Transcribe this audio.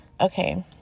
Okay